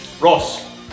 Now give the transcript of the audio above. Ross